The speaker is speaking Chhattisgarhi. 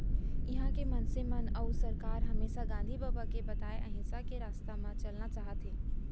इहॉं के मनसे अउ सरकार हमेसा गांधी बबा के बताए अहिंसा के रस्ता म चलना चाहथें